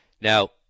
Now